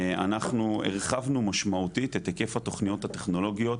אנחנו הרחבנו משמעותית את היקף התוכניות הטכנולוגיות